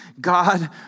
God